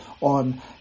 on